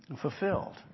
fulfilled